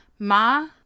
Ma